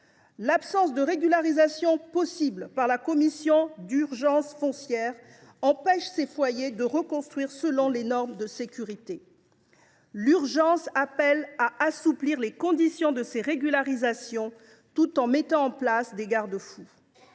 possibilité de régularisation par la commission d’urgence foncière empêche ces ménages de reconstruire leur propriété selon les normes de sécurité. L’urgence appelle à assouplir les conditions de ces régularisations, tout en mettant en place des garde fous.